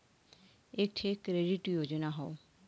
एक ठे क्रेडिट योजना हौ